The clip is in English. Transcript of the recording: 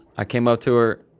i came up to her,